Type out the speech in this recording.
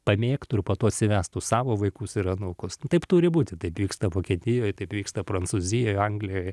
pamėgtų ir po to atsivestų savo vaikus ir anūkus taip turi būti taip vyksta vokietijoj taip vyksta prancūzijoj anglijoj